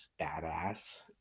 badass